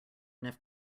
enough